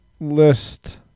list